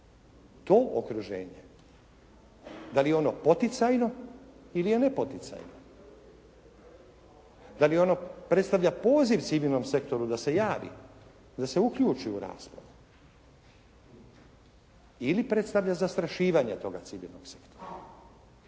to okruženje. Da li je ono poticajno ili ne poticajno. Da li ono predstavlja poziv civilnom sektoru da se javi, da se uključi u raspravu ili predstavlja zastrašivanje toga civilnog sektora.